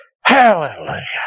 Hallelujah